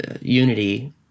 unity